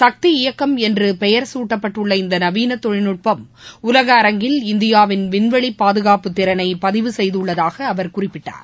சக்தி இயக்கம் என்றுபெயர் சூட்டப்பட்டுள்ள இந்தநவீனதொழில்நுட்பம் உலக அரங்கில் இந்தியாவைவிண்வெளிபாதுகாப்புத்திறனைபதிவு செய்துள்ளதாகஅவர் குறிப்பிட்டார்